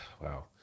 wow